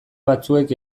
batzuek